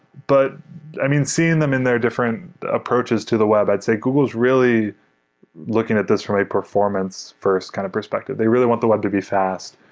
but i mean, seeing them in their different approaches to the web, i'd say google is really looking at this from a performance first kind of perspective. they really want the web to be fast.